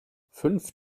fünf